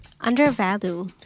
Undervalue